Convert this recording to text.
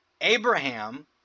Abraham